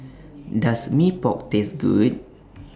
Does Mee Pok Taste Good